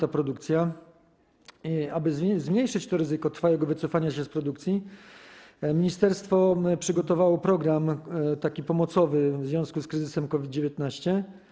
Aby zmniejszyć ryzyko trwałego wycofania się z produkcji, ministerstwo przygotowało program pomocowy w związku z kryzysem COVID-19.